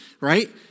right